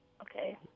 okay